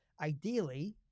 ideally